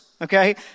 okay